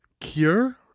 cure